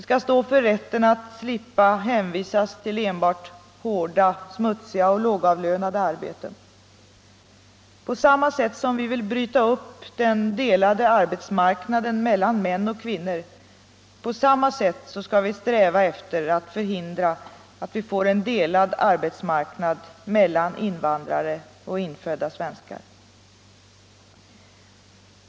De skall stå för rätten att slippa hänvisas till enbart hårda, smutsiga och lågavlönade arbeten. På samma sätt som vi vill bryta upp den delade arbetsmarknaden mellan män och kvinnor, på samma sätt skall vi sträva efter att förhindra att vi får en delad arbetsmarknad mellan invandrare och infödda svenskar.